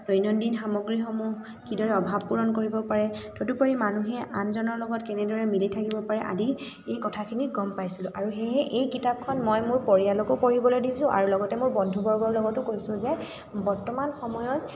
দৈনন্দিন সামগ্ৰীসমূহ কিদৰে অভাৱ পূৰণ কৰিব পাৰে তদুপৰি মানুহে আনজনৰ লগত কেনেদৰে মিলি থাকিব পাৰে আদি এই কথাখিনি গম পাইছিলোঁ আৰু সেয়েহে এই কিতাপখন মই মোৰ পৰিয়ালকো পঢ়িবলৈ দিছোঁ আৰু লগতে মোৰ বন্ধুবৰ্গৰ লগতো কৈছোঁ যে বৰ্তমান সময়ত